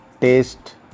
taste